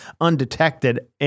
undetected